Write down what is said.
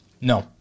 No